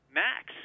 max